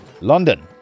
London